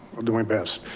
i'll do my best,